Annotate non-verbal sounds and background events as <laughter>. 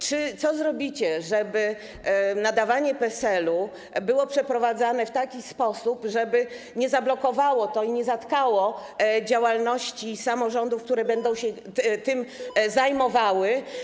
Co zrobicie, żeby nadawanie PESEL-u było przeprowadzane w taki sposób, żeby nie zablokowało i nie zatkało działalności samorządów, <noise> które będą się tym zajmowały?